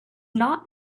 not